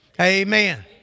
Amen